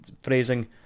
phrasing